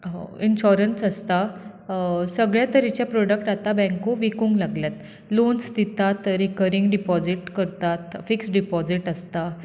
insurance आसता सगळे तरेचे प्रोडक्ट आतां बॅंको विकूंक लागल्यात लोन्स दितात रिकरींग डिपोजीट करतात फिक्स्ड डिपोजीट आसता